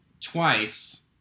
twice